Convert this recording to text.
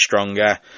stronger